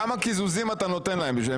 כמה קיזוזים אתה נותן להם...